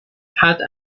had